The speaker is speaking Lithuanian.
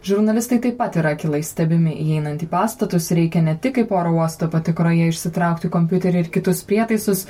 žurnalistai taip pat yra akylai stebimi įeinant į pastatus reikia ne tik kaip oro uosto patikroje išsitraukti kompiuterį ir kitus prietaisus